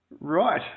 Right